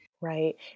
Right